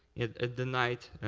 in the night,